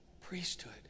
priesthood